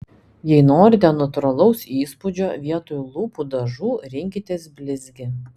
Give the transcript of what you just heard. jei norite natūralaus įspūdžio vietoj lūpų dažų rinkitės blizgį